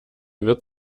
wird